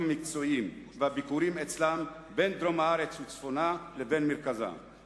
המקצועיים והביקורים אצלם בין דרום הארץ וצפונה לבין מרכז הארץ.